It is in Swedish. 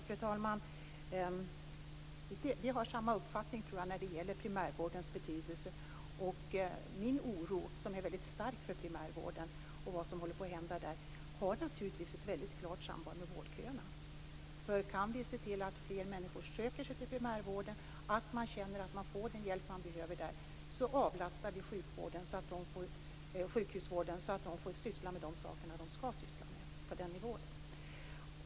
Fru talman! Jag tror att vi har samma uppfattning när det gäller primärvårdens betydelse. Min oro, som är väldigt stark, för vad som håller på att hända i primärvården har naturligtvis ett klart samband med vårdköerna. Kan vi se till att fler människor söker sig till primärvården, att man känner att man får den hjälp man behöver där, avlastar vi sjukhusvården så att de får syssla med de saker de skall syssla med på den nivån.